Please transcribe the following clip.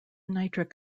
nitric